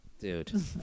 Dude